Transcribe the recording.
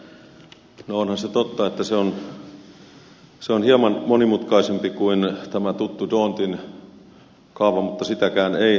no onhan se totta että se on hieman monimutkaisempi kuin tämä tuttu dhondtin kaava mutta sitäkään ei suurin osa äänestäjistä ymmärrä